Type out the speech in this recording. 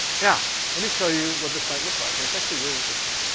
yeah let me show you what this might look like. and it's actually really interesting.